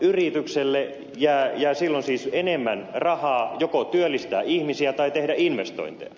yritykselle jää silloin siis enemmän rahaa joko työllistää ihmisiä tai tehdä investointeja